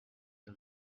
the